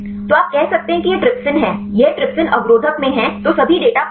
तो आप कह सकते हैं कि यह एक ट्रिप्सिन है यह ट्रिप्सिन अवरोधक में है तो सभी डेटा प्राप्त करें